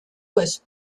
was